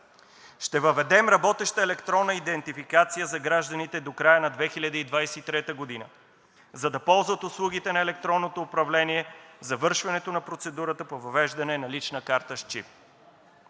Ще въведем работеща електронна идентификация за гражданите до края на 2023 г., за да ползват услугите на електронното управление, завършването на процедурата по въвеждане на лична карта с чип,